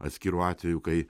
atskirų atvejų kai